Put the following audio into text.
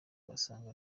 agasanga